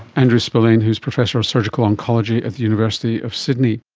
andrew spillane who is professor of surgical oncology at the university of sydney